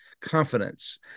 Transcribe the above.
confidence